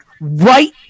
right